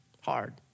Hard